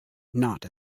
not